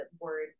word